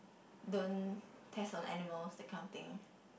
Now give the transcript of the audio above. don't test on animals that kind of thing